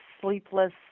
sleepless